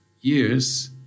years